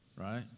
right